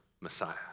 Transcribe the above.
Messiah